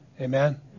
Amen